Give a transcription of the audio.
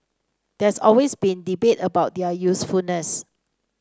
there's always been debate about their usefulness